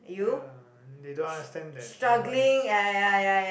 ya they don't understand that everyone is